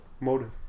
motive